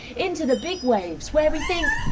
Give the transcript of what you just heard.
into the big waves where we think,